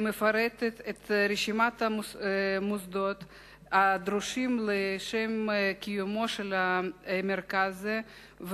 מפרטת את רשימת המוסדות הדרושים לשם קיומו של מרכז זה,